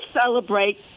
celebrate